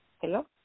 Hello